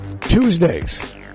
Tuesdays